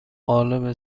قالب